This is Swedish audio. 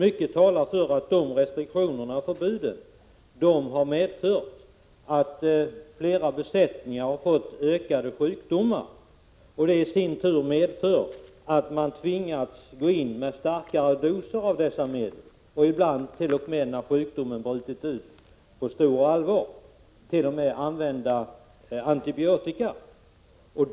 Mycket talar nämligen för att dessa restriktioner och detta förbud har medfört att flera besättningar har fått fler sjukdomar, vilket i sin tur har medfört att man har tvingats ge starkare doser av dessa medel. Och ibland när sjukdomarna har brutit ut på allvar har man t.o.m. fått använda antibiotika.